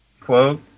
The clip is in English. quote